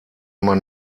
immer